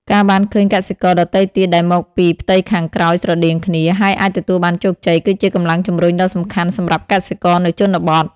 ការបានឃើញកសិករដទៃទៀតដែលមកពីផ្ទៃខាងក្រោយស្រដៀងគ្នា ហើយអាចទទួលបានជោគជ័យ គឺជាកម្លាំងជំរុញដ៏សំខាន់សម្រាប់កសិករនៅជនបទ។